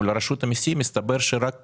הסתבר שרק